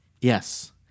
Yes